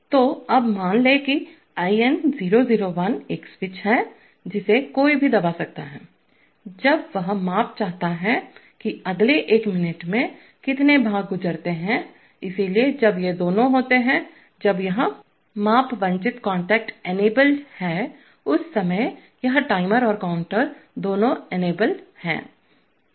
तो अब मान लें कि IN001 एक स्विच है जिसे कोई भी दबा सकता है जब वह माप चाहता है कि अगले एक मिनट में कितने भाग गुजरते हैं इसलिए जब ये दोनों होते हैं जब यह माप वांछित कांटेक्ट इनेबल्ड है उस समय यह टाइमर और काउंटर दोनों इनेबल्ड हैं